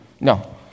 No